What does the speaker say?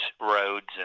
roads